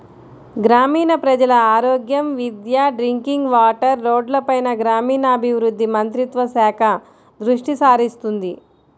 గ్రామీణ ప్రజల ఆరోగ్యం, విద్య, డ్రింకింగ్ వాటర్, రోడ్లపైన గ్రామీణాభివృద్ధి మంత్రిత్వ శాఖ దృష్టిసారిస్తుంది